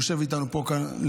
הוא יושב איתנו פה למעלה.